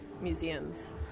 museums